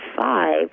five